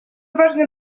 ważne